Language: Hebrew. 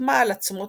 חתמה על עצומות